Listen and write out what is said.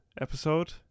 episode